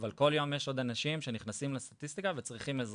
אבל כל יום יש עוד אנשים שנכנסים לסטטיסטיקה וצריכים עזרה.